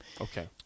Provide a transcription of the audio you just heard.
Okay